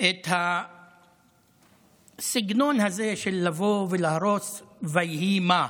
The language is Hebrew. את הסגנון הזה של לבוא ולהרוס ויהי מה.